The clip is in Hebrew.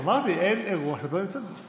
אמרתי, אין אירוע שאת לא נמצאת בו.